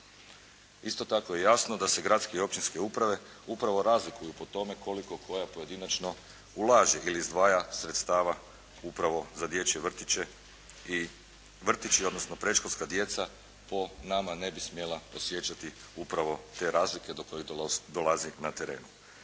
Isto tako je jasno da se gradske i općinske uprave upravo razlikuju po tome koliko koja pojedinačno ulaže ili izdvaja sredstava upravo za dječje vrtiće i vrtići, odnosno predškolska djeca po nama ne bi smjela osjećati upravo te razlike do kojih dolazi na terenu.